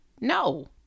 No